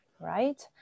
Right